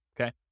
okay